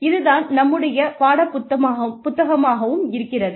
இது தான் நம்முடைய பாடப்புத்தகமாகவும் இருக்கிறது